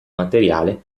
materiale